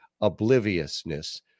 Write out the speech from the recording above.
obliviousness